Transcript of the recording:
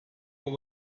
what